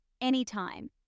anytime